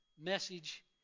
message